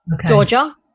Georgia